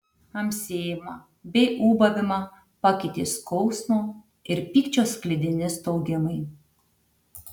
amsėjimą bei ūbavimą pakeitė skausmo ir pykčio sklidini staugimai